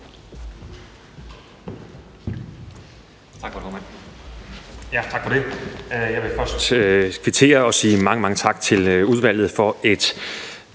Tak for det. Jeg vil først kvittere og sige mange, mange tak til udvalget for et